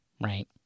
right